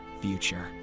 future